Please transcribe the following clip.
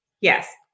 Yes